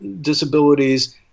disabilities